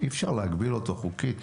אי אפשר להגביל אותו חוקית.